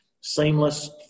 seamless